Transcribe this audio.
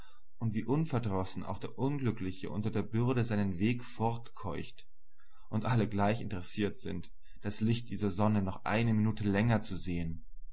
und wie unverdrossen auch der unglückliche unter der bürde seinen weg fortkeucht und alle gleich interessiert sind das licht dieser sonne noch eine minute länger zu sehn ja